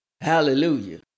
Hallelujah